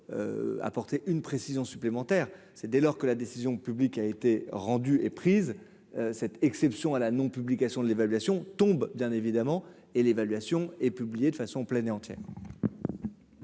pour apporter une précision supplémentaire, c'est dès lors que la décision publique a été rendue et prise cette exception à la non publication de l'évaluation tombe d'un évidemment et l'évaluation et publié de façon plaignants.